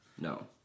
No